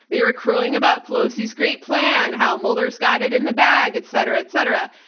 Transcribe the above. they were crowing about pelosi's great plan, how mueller's got it in the bag, et cetera, et cetera.